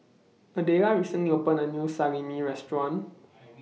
Adelia recently opened A New Salami Restaurant